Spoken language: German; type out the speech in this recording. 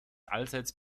allseits